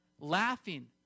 laughing